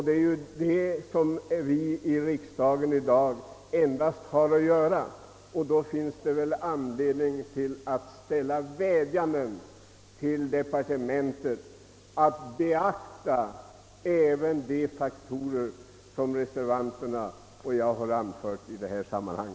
Det är endast detta som vi riksdagsmän i dag har att göra och då finns det väl anledning att vädja till departementet att beakta även de faktorer som reservanterna och jag anfört i detta sammanhang.